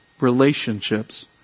relationships